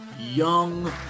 young